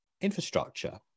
infrastructure